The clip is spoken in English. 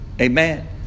Amen